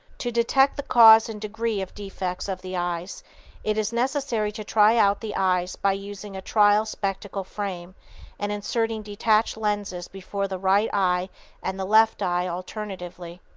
to detect the cause and degree of defects of the eyes it is necessary to try out the eyes by using a trial spectacle frame and inserting detached lenses before the right eye and the left eye alternately.